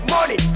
Money